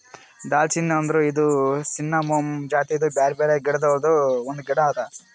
ದಾಲ್ಚಿನ್ನಿ ಅಂದುರ್ ಇದು ಸಿನ್ನಮೋಮಮ್ ಜಾತಿದು ಬ್ಯಾರೆ ಬ್ಯಾರೆ ಗಿಡ ಗೊಳ್ದಾಂದು ಒಂದು ಗಿಡ ಅದಾ